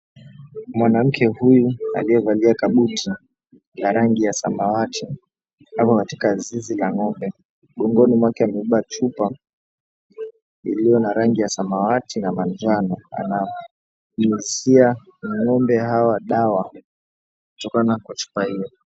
Mwanamke huyu aliyevalia kabuti ya rangi ya samawati ako katika zizi la ngombe mgongoni mwake amebeba chupa ilio na rangi ya samawati na manjano ana nyunyuzia ngombe hawa dawa kutokana kwa chupa hio.